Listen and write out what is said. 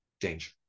danger